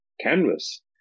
canvas